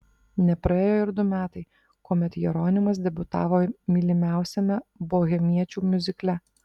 nepraėjo ir du metai kuomet jeronimas debiutavo mylimiausiame bohemiečių miuzikle